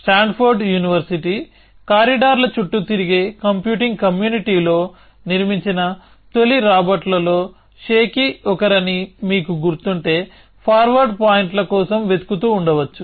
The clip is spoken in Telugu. స్టాండ్ ఫోర్డ్ యూనివర్శిటీ కారిడార్ల చుట్టూ తిరిగే కంప్యూటింగ్ కమ్యూనిటీలో నిర్మించిన తొలి రాబర్ట్లలో షేకీ ఒకరని మీకు గుర్తుంటే ఫార్వర్డ్ పాయింట్ల కోసం వెతుకుతూ ఉండవచ్చు